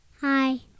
hi